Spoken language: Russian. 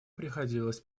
приходилось